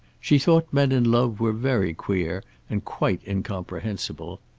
she thought men in love were very queer and quite incomprehensible.